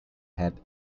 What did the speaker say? had